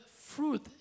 fruit